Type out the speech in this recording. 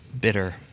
bitter